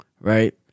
right